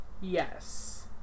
yes